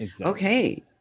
okay